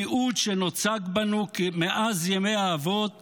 ייעוד שנוצק בנו מאז ימי האבות